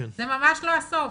זה ממש לא סופה.